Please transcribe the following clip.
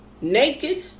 naked